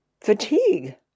fatigue